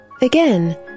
Again